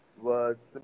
words